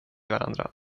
varandra